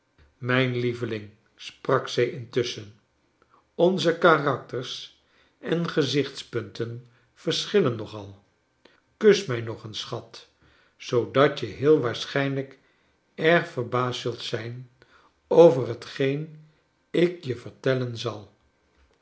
mijn lieveling sprak zij intusschen onze karakters en geziohtspunten verschillen nog al kus mij nog eens schat zoodat je heel waarschijnlrjk erg verbaasd zult zijn over hetgeen ik je vertellen zal